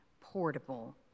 portable